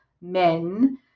men